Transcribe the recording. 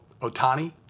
Otani